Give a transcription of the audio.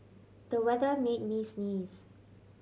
the weather made me sneeze